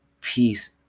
peace